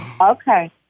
Okay